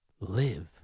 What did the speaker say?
live